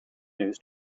news